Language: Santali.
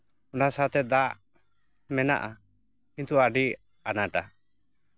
ᱚᱱᱟ ᱥᱟᱶᱛᱮ ᱫᱟᱜ ᱢᱮᱱᱟᱜᱼᱟ ᱠᱤᱱᱛᱩ ᱟᱹᱰᱤ ᱟᱱᱟᱴᱟ